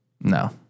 No